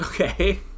okay